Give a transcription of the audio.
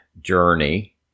journey